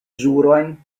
ĵuron